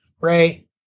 Ray